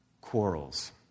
Quarrels